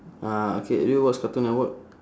uh okay do you watch cartoon network